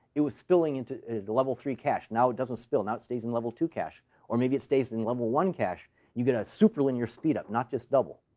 it was spilling into the level three cache. now it doesn't spill. now it stays in level two cache. or maybe it stays in level one cache. you get a super linear speed-up not just double.